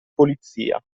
polizia